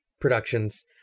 productions